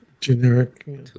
Generic